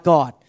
God